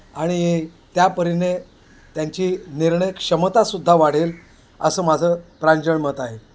आणि त्या परीने त्यांची निर्णय क्षमतासुद्धा वाढेल असं माझं प्रांजळ मत आहे